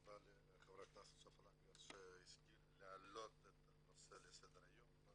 תודה לחברת הכנסת סופה לנדבר שהשכילה להעלות את הנושא על סדר היום,